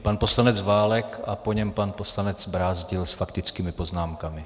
Pan poslanec Válek a po něm pan poslanec Brázdil s faktickými poznámkami.